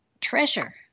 treasure